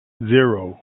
zero